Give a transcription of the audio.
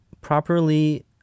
properly